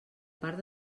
part